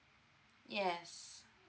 yes